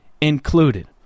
included